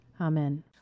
Amen